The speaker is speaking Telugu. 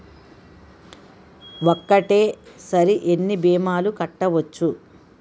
ఒక్కటేసరి ఎన్ని భీమాలు కట్టవచ్చు?